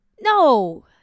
no